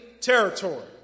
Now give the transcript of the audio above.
territory